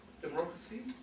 democracy